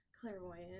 clairvoyant